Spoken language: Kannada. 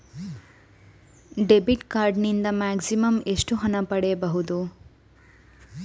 ಡೆಬಿಟ್ ಕಾರ್ಡ್ ನಿಂದ ಮ್ಯಾಕ್ಸಿಮಮ್ ಎಷ್ಟು ಹಣ ಪಡೆಯಬಹುದು?